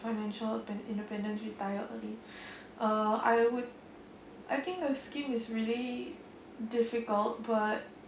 financial independence retire early uh I would I think the scheme is really difficult but